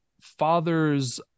father's